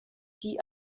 die